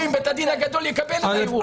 אם בית הדין הגדול יקבל את הערעור שלך.